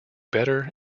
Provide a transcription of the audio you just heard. better